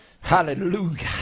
Hallelujah